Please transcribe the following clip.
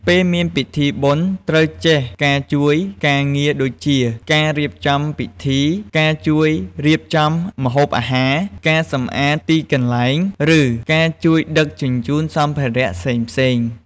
ពេលមានពិធីបុណ្យ ត្រូវចេះការជួយការងារដូចជាការរៀបចំពិធី ការជួយរៀបចំម្ហូបអាហារ ការសម្អាតទីកន្លែង ឬការជួយដឹកជញ្ជូនសម្ភារៈផ្សេងៗ។